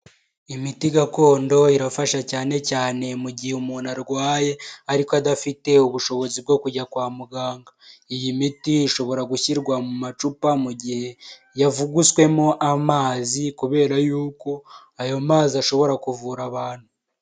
Imiti gakondo irafasha cyane cyane mu gihe umuntu arwaye ariko adafite ubushobozi bwo kujya kwa muganga, iyi miti ishobora gushyirwa mu macupa mu gihe yavuguswemo amazi, kubera yuko ayo mazi ashobora kuvura abantu.